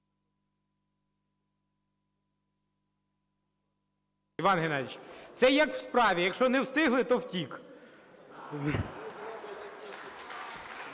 Іван Геннадійович, це як у справі: якщо не встигли, то втік.